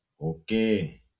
okay